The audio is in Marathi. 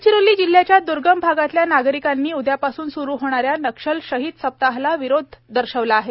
गडचिरोली जिल्ह्याच्या द्र्गम भागातल्या नागरिकांनी उद्यापासून स्रू होणाऱ्या नक्षल शहीद सप्ताहाला विरोध दर्शवला आहे